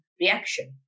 reaction